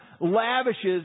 lavishes